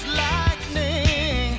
lightning